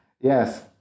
Yes